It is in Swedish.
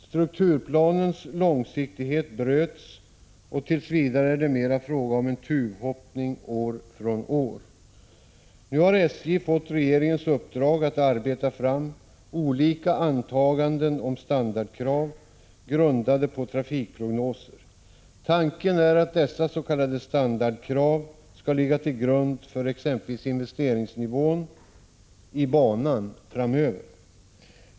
Strukturplanens långsiktighet bröts, och tills vidare är det = 15 maj 1986 mera fråga om en ”tuvhoppning” år från år. SJ har fått regeringens uppdrag att arbeta fram ”olika antaganden om standardkrav” grundade på trafikprognoser. Tanken är att dessa s.k. standardkrav skall ligga till grund för exempelvis investeringsnivån i banorna framöver.